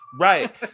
right